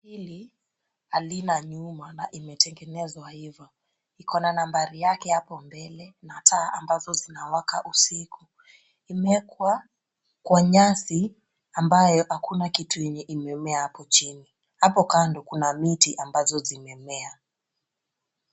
Gari hili halina nyuma na limetengenezwa hivyo. Iko na nambari yake hapo mbele na taa mbazo zinawaka usiku. Imeekwa kwa nyasi ambayo hakuna kitu yenye imemea hapo chini. Hapo kando kuna miti ambazo zimemea.